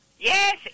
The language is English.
Yes